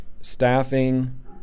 staffing